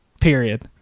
period